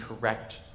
correct